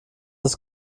das